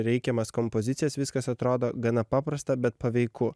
reikiamas kompozicijas viskas atrodo gana paprasta bet paveiku